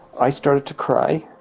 i started to cry,